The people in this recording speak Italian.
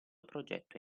progetto